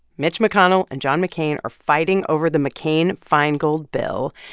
mitch mcconnell and john mccain are fighting over the mccain-feingold bill.